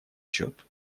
счет